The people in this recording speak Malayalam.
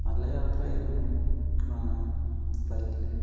നല്ല യാത്രയായിരുന്നു ഫ്ലൈറ്റിൽ